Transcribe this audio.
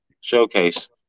showcase